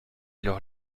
leur